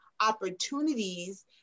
opportunities